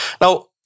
Now